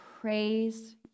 praise